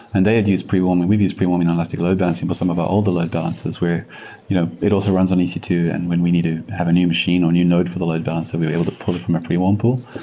and they had used pre-warming. we've used pre-warming on elastic load balancing for some of our older load balancers where you know it also runs on e c two, and when we need to have a new machine or a new node for the load balancer, we're able to pull it from our pre-warm pull,